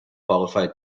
qualified